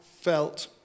felt